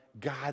God